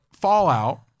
Fallout